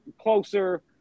closer